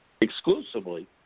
exclusively